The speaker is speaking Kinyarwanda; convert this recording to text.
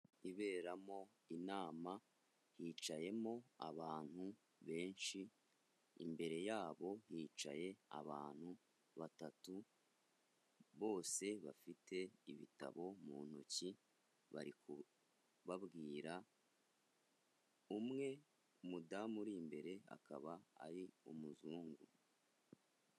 Iberamo inam hicayemo abantu benshi, imbere yabo hicaye abantu batatu bose bafite ibitabo mu ntoki, bari kubabwira umwe umudamu uri imbere akaba ari umuzungu.